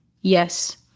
Yes